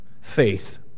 Faith